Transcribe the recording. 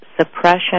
suppression